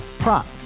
Prop